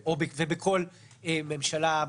ובכל ממשלה,